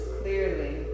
clearly